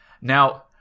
Now